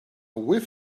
whiff